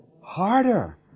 harder